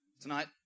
tonight